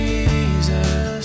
Jesus